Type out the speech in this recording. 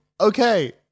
Okay